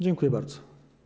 Dziękuję bardzo.